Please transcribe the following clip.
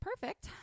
perfect